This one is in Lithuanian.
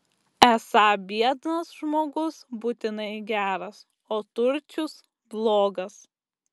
esą biednas žmogus būtinai geras o turčius blogas